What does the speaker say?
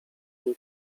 niej